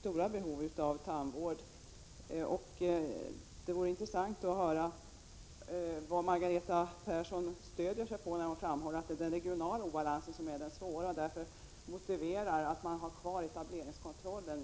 stora behov av tandvård. Det vore intressant att höra vad Margareta Persson stöder sig på när hon framhåller att det är den regionala obalansen som är svårigheten. Hon säger också att denna motiverar att man har kvar etableringskontrollen.